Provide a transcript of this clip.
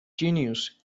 genius